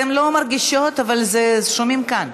אתן לא מרגישות, אבל שומעים כאן.